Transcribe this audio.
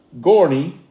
Gorney